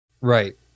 Right